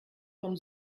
vom